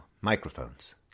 Microphones